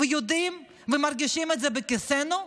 יודעים ומרגישים את זה בכיסנו?